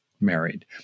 married